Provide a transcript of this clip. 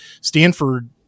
Stanford